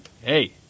hey